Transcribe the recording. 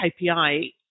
KPI